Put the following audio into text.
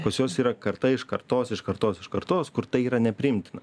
pas juos yra karta iš kartos iš kartos iš kartos kur tai yra nepriimtina